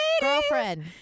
Girlfriend